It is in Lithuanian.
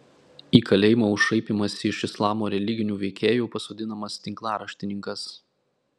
į kalėjimą už šaipymąsi iš islamo religinių veikėjų pasodinamas tinklaraštininkas